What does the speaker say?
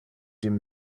dim